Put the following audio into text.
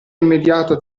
immediata